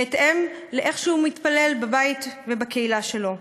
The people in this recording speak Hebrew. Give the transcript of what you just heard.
בהתאם לאיך שהוא מתפלל בבית ובקהילה שלו.